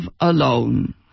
alone